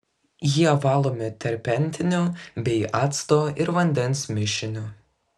jie valomi terpentinu bei acto ir vandens mišiniu